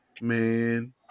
man